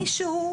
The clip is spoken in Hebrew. מישהו,